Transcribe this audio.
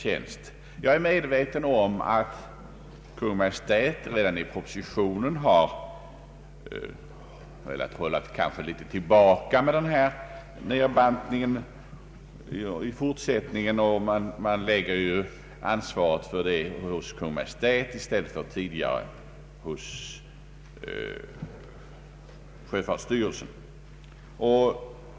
Jag är medveten om att Kungl. Maj:t redan i propositionen har velat begränsa nedbantningen i fortsättningen. Man lägger ansvaret hos Kungl. Maj:t i stället för som tidigare hos sjöfartsstyrelsen.